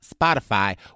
Spotify